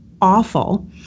awful